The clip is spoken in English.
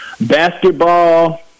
basketball